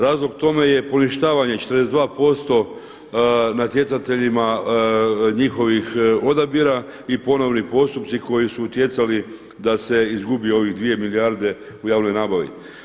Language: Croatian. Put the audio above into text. Razlog tome je poništavanje 42% natjecateljima njihovih odabira i ponovni postupci koji su utjecali da se izgubi ovih 2 milijarde u javnoj nabavi.